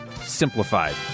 simplified